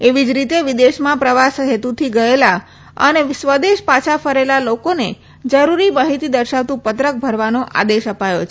એવી જ રીતે વિદેશમાં પ્રવાસન હેતુથી ગયેલા અને સ્વદેશ પાછા ફરેલા લોકોને જરૂરી માહિતી દર્શાવતુ પત્રક ભરવાનો આદેશ અપાયો છે